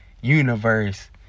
universe